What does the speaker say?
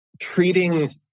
Treating